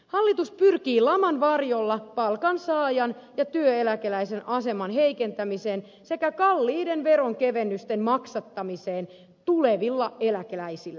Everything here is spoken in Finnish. hallitus pyrkii laman varjolla palkansaajan ja työeläkeläisen aseman heikentämiseen sekä kalliiden veronkevennysten maksattamiseen tulevilla eläkeläisillä